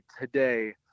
today